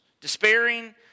Despairing